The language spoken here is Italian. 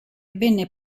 venne